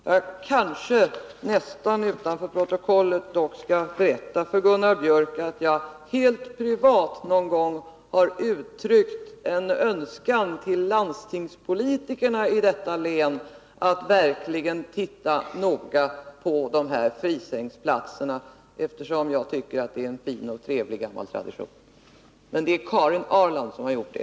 Jag kanske — nästan utanför protokollet — skall berätta för Gunnar Biörck att jag helt privat någon gång har uttryckt en önskan till landstingspolitikerna här i länet att de verkligen skall titta noga på frisängsplatserna, eftersom jag tycker att det är en fin och trevlig gammal tradition. Men det är Karin Ahrland som har gjort det.